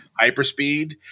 hyperspeed